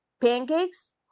Pancakes